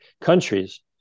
countries